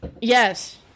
Yes